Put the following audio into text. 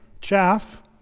chaff